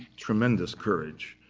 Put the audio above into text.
tremendous courage.